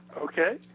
okay